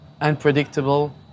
unpredictable